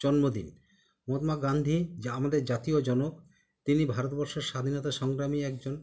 জন্মদিন মহাত্মা গান্ধী যা আমাদের জাতীয় জনক তিনি ভারতবর্ষর স্বাধীনতা সংগ্রামী একজন